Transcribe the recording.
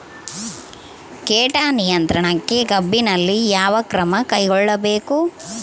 ಕೇಟ ನಿಯಂತ್ರಣಕ್ಕಾಗಿ ಕಬ್ಬಿನಲ್ಲಿ ಯಾವ ಕ್ರಮ ಕೈಗೊಳ್ಳಬೇಕು?